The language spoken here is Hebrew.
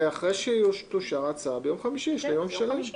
וישיבת הכנסת בימים שלאחר מכן,